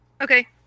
Okay